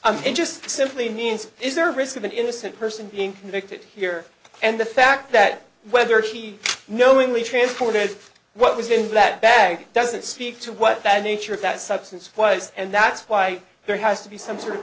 i'm just simply means is there a risk of an innocent person being convicted here and the fact that whether she knowingly transported what was in that bag doesn't speak to what that nature of that substance wise and that's why there has to be some sort of